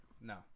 No